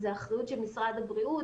זה אחריות של משרד הבריאות,